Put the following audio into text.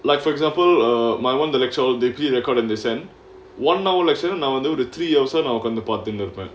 like for example uh my one the actual deeply recorded descent one hour lecture eh நா வந்து ஒரு:naa vanthu oru three hours ah பாத்துட்டு உட்காந்திருப்பேன்:paathuttu utkkaanthiruppaen